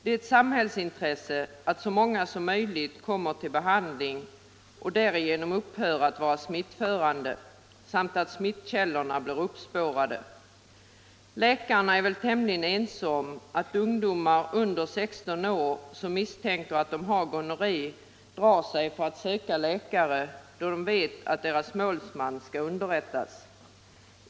Det är ett samhällsintresse, att så många som möjligt kommer till behandling och därigenom upphör att vara smitt förande samt att smittkällorna blir uppspårade. Läkarna är väl tämligen ense om att ungdomar under 16 år, som misstänker att de har gonorré, drar sig för att söka läkare, då de vet att deras målsmän skall underrättas.